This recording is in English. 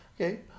Okay